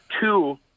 Two